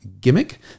gimmick